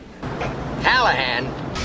Callahan